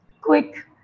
quick